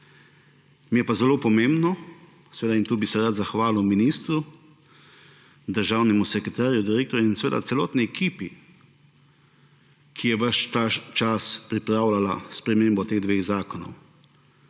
Mi je pa zelo pomembno in tukaj bi se rad zahvalil ministru, državnemu sekretarju, direktorju in seveda celotni ekipi, ki je ves čas pripravljala spremembo teh dveh zakonov,